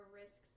risks